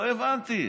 לא הבנתי.